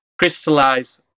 crystallize